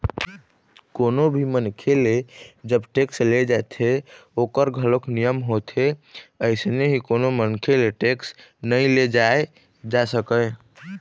कोनो भी मनखे ले जब टेक्स ले जाथे ओखर घलोक नियम होथे अइसने ही कोनो मनखे ले टेक्स नइ ले जाय जा सकय